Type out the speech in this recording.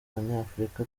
umunyafurika